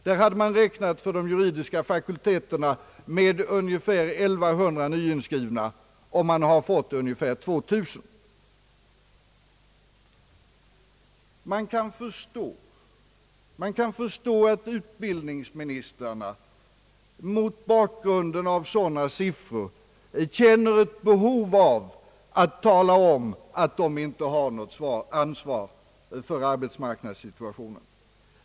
Där hade man räknat för de juridiska fakul teterna med ungefär 1100 nyinskrivna, och man har fått ungefär 2 000. Man kan förstå att utbildningsministrarna mot bakgrunden av sådana siffror känner ett behov av att tala om att de inte har något ansvar för arbetsmarknadssituationen.